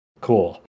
cool